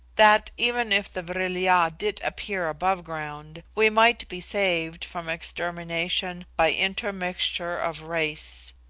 that even if the vril-ya did appear above ground, we might be saved from extermination by intermixture of race.